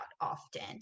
often